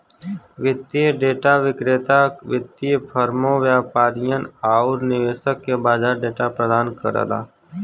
वित्तीय डेटा विक्रेता वित्तीय फर्मों, व्यापारियन आउर निवेशक के बाजार डेटा प्रदान करला